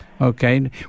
Okay